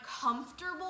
comfortable